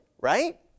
right